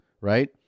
right